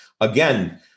again